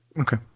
Okay